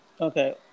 Okay